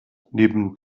neben